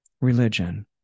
religion